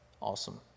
Awesome